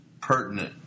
pertinent